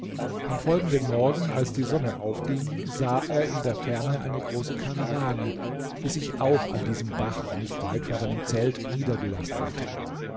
am folgenden morgen als die sonne aufging sah er in der ferne eine große karawane die sich auch an diesem bach nicht weit von seinem zeit niedergelassen hatte